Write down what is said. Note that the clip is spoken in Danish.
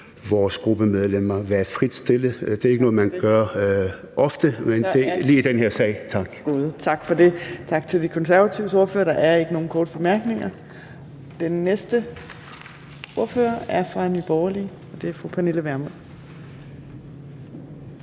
vores gruppemedlemmer være frit stillet. Det er ikke noget, man gør ofte, men det gør vi lige i den her sag. Tak. Kl. 14:45 Fjerde næstformand (Trine Torp): Tak til De Konservatives ordfører. Der er ikke nogen korte bemærkninger. Den næste ordfører er fra Nye Borgerlige, og det er fru Pernille Vermund.